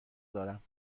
دارم